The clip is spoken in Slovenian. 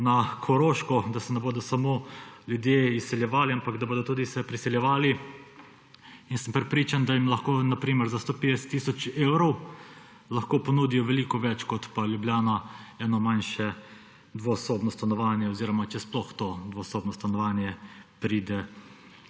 na Koroško, da se ne bodo samo ljudje izseljevali, ampak da bodo tudi se priseljevali. Prepričan sem, da jim lahko, na primer za 150 tisoč evrov, ponudijo veliko več kot pa Ljubljana, eno manjše dvosobno stanovanje oziroma če sploh to dvosobno stanovanje pride